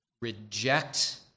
reject